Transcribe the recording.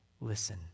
listen